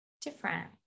different